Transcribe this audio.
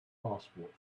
passport